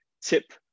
tip